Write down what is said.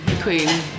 Queen